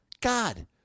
God